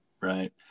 right